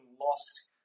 lost